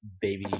baby